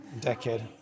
decade